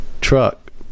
truck